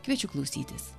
kviečiu klausytis